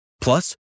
Plus